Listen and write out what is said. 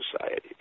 Society